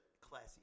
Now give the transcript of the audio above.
classy